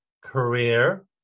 career